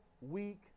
week